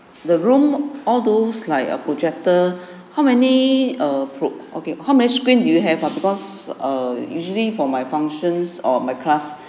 the room all those like a projector how many a probe okay how many screen you have uh because uh usually for my functions or my class